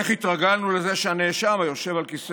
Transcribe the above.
איך התרגלנו לזה שהנאשם היושב על כיסא